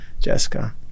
Jessica